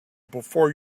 before